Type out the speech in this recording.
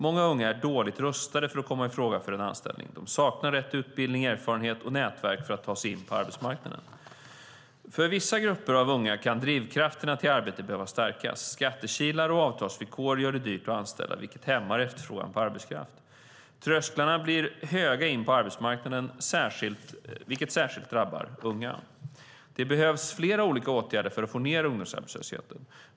Många unga är dåligt rustade för att komma i fråga för en anställning; de saknar rätt utbildning, erfarenhet och nätverk för att ta sig in på arbetsmarknaden. För vissa grupper av unga kan drivkrafterna till arbete behöva stärkas. Skattekilar och avtalsvillkor gör det dyrt att anställa, vilket hämmar efterfrågan på arbetskraft. Trösklarna blir höga in på arbetsmarknaden, vilket särskilt drabbar unga. Det behövs flera olika åtgärder för att få ned ungdomsarbetslösheten.